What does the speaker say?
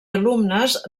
alumnes